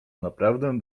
naprawdę